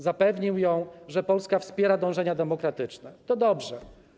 Zapewnił ją, że Polska wspiera dążenia demokratyczne - to dobrze.